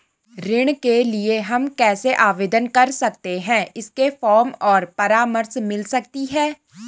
ऋण के लिए हम कैसे आवेदन कर सकते हैं इसके फॉर्म और परामर्श मिल सकती है?